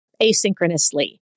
asynchronously